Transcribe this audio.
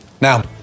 Now